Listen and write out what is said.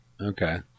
Okay